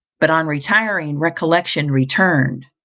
but on retiring, recollection returned.